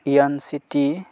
यान सिटि